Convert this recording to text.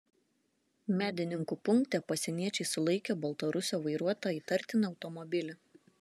medininkų punkte pasieniečiai sulaikė baltarusio vairuotą įtartiną automobilį